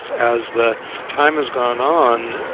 as the time has gone on,